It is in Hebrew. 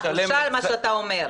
בושה על מה שאתה אומר.